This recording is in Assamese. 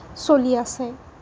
চলি আছে